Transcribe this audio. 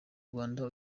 rwanda